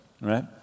right